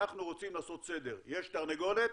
אנחנו רוצים לעשות סדר, יש תרנגולת